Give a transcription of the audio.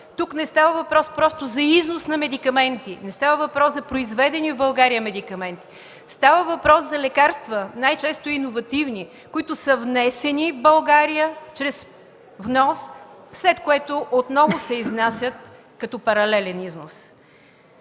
Тук не става въпрос просто за износ на медикаменти, не става въпрос за произведени в България медикаменти, а става въпрос за лекарства, най-често иновативни, които са внесени в България чрез внос, след което отново се изнасят като паралелен износ.